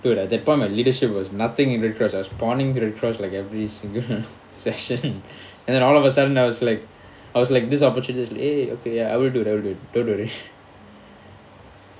dude that point my leadership was nothing because I was ponning the red cross like every single session and then all of a sudden I was like I was like this opportunity is like eh okay ya I'll do it I'll do it don't worry